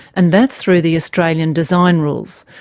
and that's through the australian design rules,